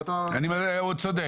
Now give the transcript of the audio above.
הוא צודק.